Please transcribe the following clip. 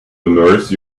immerse